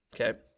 Okay